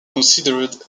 considered